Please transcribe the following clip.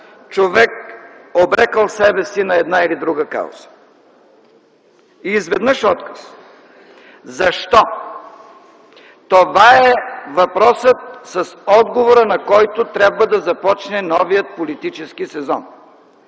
човек, обрекъл себе си на една или друга кауза. И изведнъж - отказ. Защо? Това е въпросът, с отговора на който трябва да започне новият политически сезон.